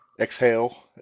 exhale